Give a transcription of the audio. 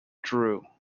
drew